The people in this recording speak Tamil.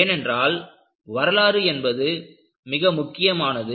ஏனென்றால் வரலாறு என்பது மிக முக்கியமானது